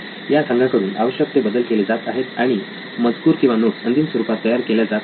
या संघाकडून आवश्यक ते बदल केले जात आहेत आणि मजकूर किंवा नोट्स अंतिम स्वरूपात तयार केल्या जात आहेत